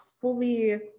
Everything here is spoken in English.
fully